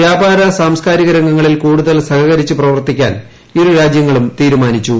വ്യാപാര സാംസ്കാരിക രംഗങ്ങളിൽ കൂടുതൽ സഹകരിച്ചു പ്രവർത്തിക്കാൻ ഇരു രാജ്യങ്ങളും തീരുമാനിച്ചു